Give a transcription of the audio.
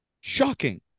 shocking